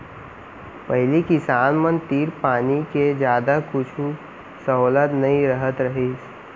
पहिली किसान मन तीर पानी के जादा कुछु सहोलत नइ रहत रहिस